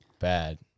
Bad